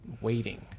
waiting